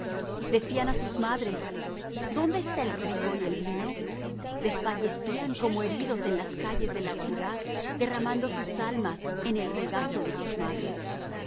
decían a sus madres dónde está el trigo y el vino desfallecían como heridos en las calles de la ciudad derramando sus almas en el regazo de sus madres qué